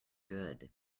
good